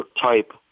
type